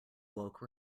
woke